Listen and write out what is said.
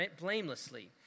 blamelessly